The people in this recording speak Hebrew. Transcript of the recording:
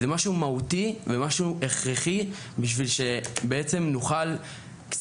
זה משהו מהותי והכרחי בשביל שנוכל להיות